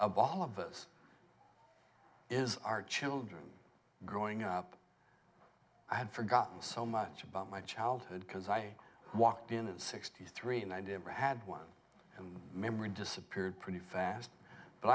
of all of us is our children growing up i had forgotten so much about my childhood because i walked in at sixty three and i didn't read had one and memory disappeared pretty fast but